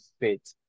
fit